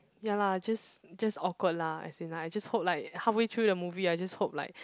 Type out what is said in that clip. ya lah just just awkward lah as in like I just hope like halfway through the movie I just hope like